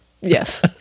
yes